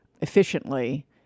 efficiently